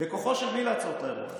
בכוחו של מי לעצור את האירוע הזה?